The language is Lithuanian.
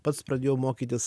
pats pradėjau mokytis